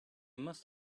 must